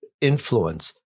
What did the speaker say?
influence